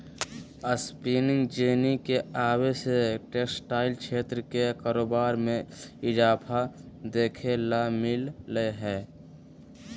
spinning jenny के आवे से टेक्सटाइल क्षेत्र के कारोबार मे इजाफा देखे ल मिल लय हें